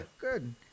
Good